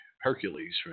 Hercules